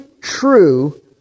true